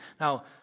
Now